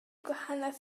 gwahaniaeth